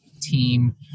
Team